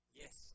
yes